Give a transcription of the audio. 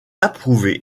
approuvés